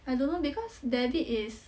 I don't know because debit is